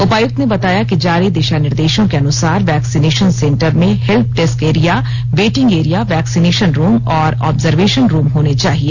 उपायुक्त ने बताया कि जारी दिशा निर्देशों के अनुसार वैक्सीनेशन सेंटर में help desk area waiting area vaccination room और ऑब्जर्वेशन रूम होने चाहिए